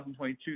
2022